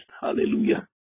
Hallelujah